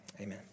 Amen